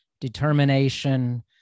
determination